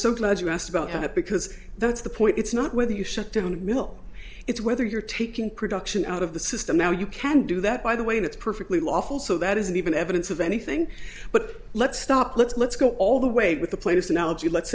so glad you asked about that because that's the point it's not whether you shut down mill it's whether you're taking production out of the system now you can do that by the way that's perfectly lawful so that isn't even evidence of anything but let's stop let's let's go all the way with the pla